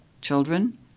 children